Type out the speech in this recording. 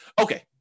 Okay